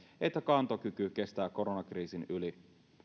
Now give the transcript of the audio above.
että kantokyky kestää koronakriisin yli